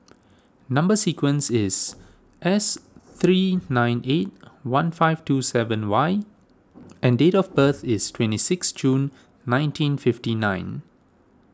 Number Sequence is S three nine eight one five two seven Y and date of birth is twenty six June nineteen fifty nine